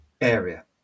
area